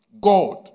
God